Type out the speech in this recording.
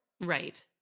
Right